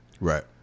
Right